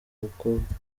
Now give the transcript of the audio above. umukobwa